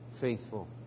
faithful